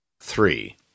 three